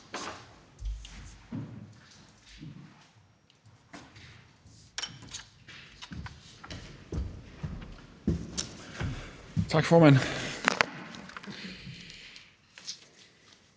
Tak for det.